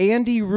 Andy